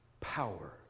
power